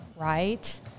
right